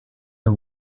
can